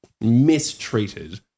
mistreated